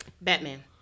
Batman